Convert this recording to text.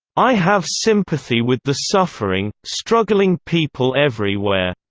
i have sympathy with the suffering, struggling people everywhere.